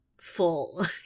full